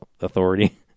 authority